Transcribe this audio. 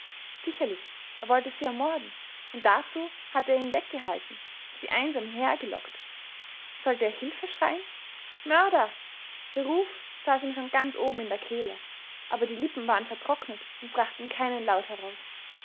sicherlich er wollte sie ermorden und dazu hatte er ihn weggehalten sie einsam hierher gelockt sollte er hilfe schreien mörder der ruf saß ihm schon ganz oben in der kehle aber die lippen waren vertrocknet und brachten keinen laut heraus